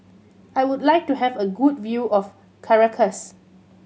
I would like to have a good view of Caracas